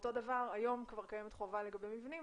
אותו דבר היום כבר קיימת חובה לגבי מבנים,